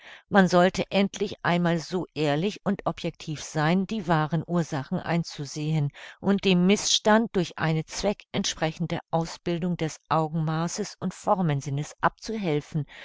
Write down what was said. man sollte endlich einmal so ehrlich und objectiv sein die wahren ursachen einzusehen und dem mißstand durch eine zweckentsprechende ausbildung des augenmaßes und formensinnes abzuhelfen